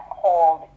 hold